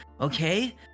okay